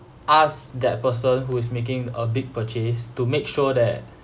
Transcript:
ask that person who is making a big purchase to make sure that